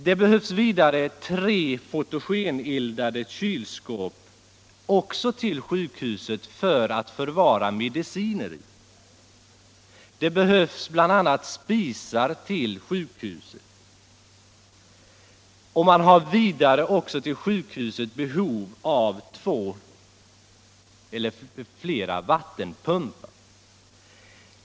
Det behövs till Onsdagen den sjukhuset vidare tre fotogeneldade kylskåp att förvara mediciner i. Det 10 november 1976 behövs bl.a. spisar till sjukhuset. Vid sjukhuset har man vidare behov a av två eller flera vattenpumpar.